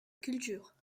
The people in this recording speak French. culture